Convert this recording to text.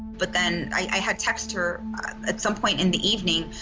but then, i i had texted her at some point in the evening,